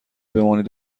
بمانید